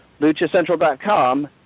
LuchaCentral.com